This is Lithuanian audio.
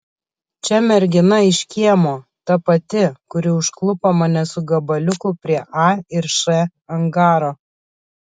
čia mergina iš kiemo ta pati kuri užklupo mane su gabaliuku prie a ir š angaro